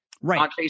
right